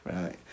right